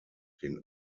den